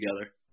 together